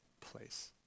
place